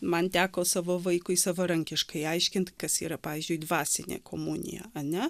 man teko savo vaikui savarankiškai aiškint kas yra pavyzdžiui dvasinė komunija ane